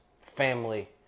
family